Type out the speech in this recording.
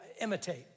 imitate